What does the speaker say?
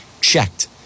checked